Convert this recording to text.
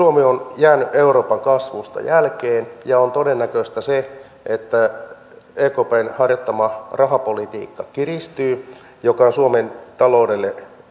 suomi on jäänyt euroopan kasvusta jälkeen ja on todennäköistä se että ekpn harjoittama rahapolitiikka kiristyy mikä on suomen taloudelle